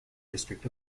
district